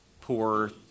poor